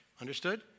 understood